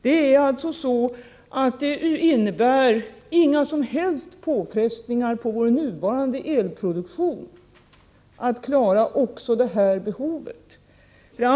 Att tillgodose också detta behov innebär alltså inga som helst påfrestningar på vår nuvarande elproduktion.